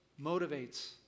motivates